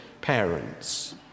parents